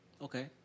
Okay